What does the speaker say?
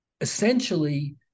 essentially